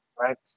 Right